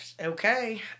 Okay